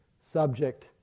subject